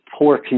poor